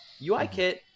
UiKit